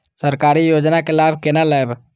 सरकारी योजना के लाभ केना लेब?